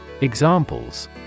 Examples